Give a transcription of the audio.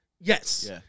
Yes